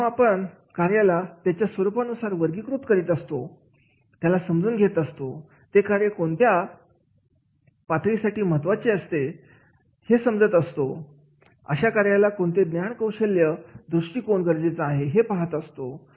जेव्हा आपण कार्याला त्याच्या स्वरूपानुसार वर्गीकृत करत असतो त्याला समजून घेत असतो ते कार्य कोणत्या बातमीसाठी महत्त्वाचे आहे हे समजत असतो अशा कार्याला कोणते ज्ञान कौशल्ये आणि दृष्टिकोन गरजेचा आहे हे पाहत असतो